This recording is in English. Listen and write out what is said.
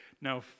now